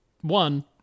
one